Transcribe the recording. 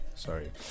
Sorry